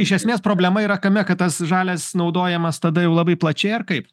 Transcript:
iš esmės problema yra kame kad tas žalias naudojamas tada jau labai plačiai ar kaip